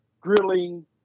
grilling